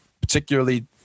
particularly